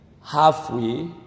halfway